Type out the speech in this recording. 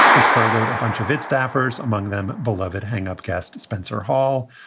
has furloughed a bunch of its staffers. among them, beloved hang up guest spencer hall.